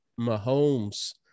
Mahomes